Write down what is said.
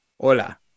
Hola